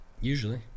usually